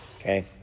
okay